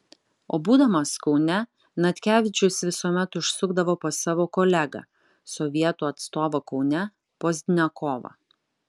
o būdamas kaune natkevičius visuomet užsukdavo pas savo kolegą sovietų atstovą kaune pozdniakovą